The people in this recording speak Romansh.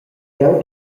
cheu